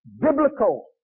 biblical